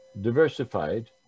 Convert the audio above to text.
diversified